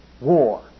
war